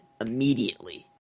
immediately